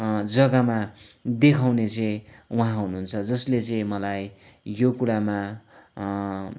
जगामा देखाउने चाहिँ वहाँ हुनुहुन्छ जसले चाहिँ मलाई यो कुरामा